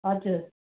हजुर